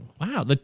Wow